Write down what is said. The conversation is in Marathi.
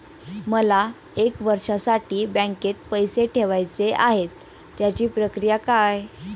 मला एक वर्षासाठी बँकेत पैसे ठेवायचे आहेत त्याची प्रक्रिया काय?